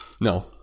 No